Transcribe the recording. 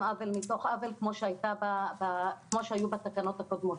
עוול מתוך עוול כמו שהיו בתקנות הקודמות.